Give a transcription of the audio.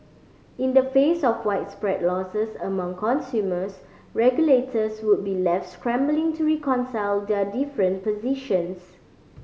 in the face of widespread losses among consumers regulators would be left scrambling to reconcile their different positions